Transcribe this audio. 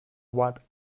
what